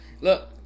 Look